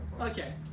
Okay